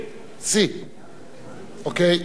C. C, אוקיי.